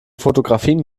fotografien